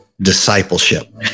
discipleship